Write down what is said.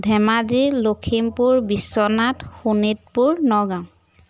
Dhemaji Lakhimpur Biswanath Sonitpur Nagaon